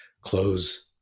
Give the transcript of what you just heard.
close